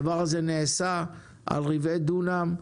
הדבר הזה נעשה על רבעי דונם.